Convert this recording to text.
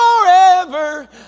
forever